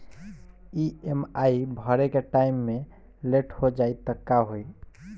EMI भरे के time मे लेट हो जायी त का होई?